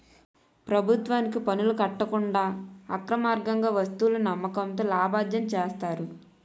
ప్రభుత్వానికి పనులు కట్టకుండా అక్రమార్గంగా వస్తువులను అమ్మకంతో లాభార్జన చేస్తారు